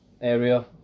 area